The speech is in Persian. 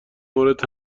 مورد